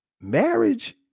Marriage